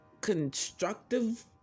constructive